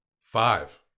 Five